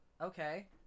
Okay